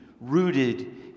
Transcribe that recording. rooted